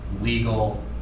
legal